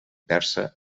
persa